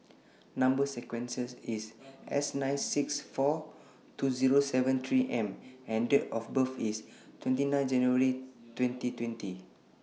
Number sequence IS S nine six four two Zero seven three M and Date of birth IS twenty nine January twenty twenty